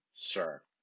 sure